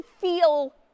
feel